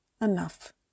Enough